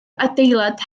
adeilad